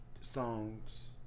Songs